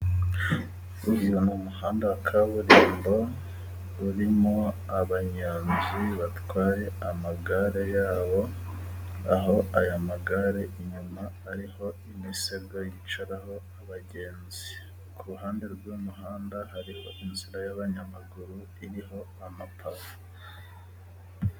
Uyu ni umuhanda wa kaburimbo, urimo abanyonzi batwaye amagare yabo, aho aya magare inyuma ariho imisego yicaraho abagenzi. Ku ruhande rw'uyu muhanda hariho inzira y'abanyamaguru iriho amapave.